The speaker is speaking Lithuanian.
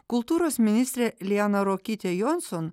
kultūros ministrė liana ruokytė jonson